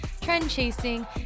trend-chasing